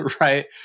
right